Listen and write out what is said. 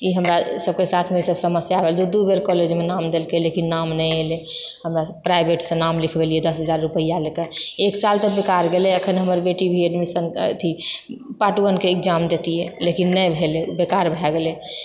ई हमरा सबके साथमे ई सब समस्या रहैत छै दू दू बेर कॉलेजमे नाम देलकै लेकिन नाम नहि एलै हमरा प्राइवेटसँ नाम लिखबेलियै दश हजार रुपआ ले कऽ एक साल तऽ बेकार गेलै एखन हमर बेटी भी एडमिशन अथी पार्ट वन के एग्जाम देतियै लेकिन नहि भेलै बेकार भए गेलै